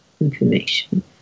information